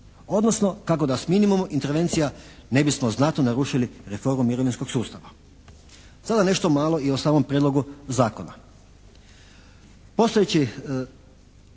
odnosno kako da s minimumom intervencija ne bismo znatno narušili reformu mirovinskog sustava. Sada nešto malo i o samom prijedlogu zakona.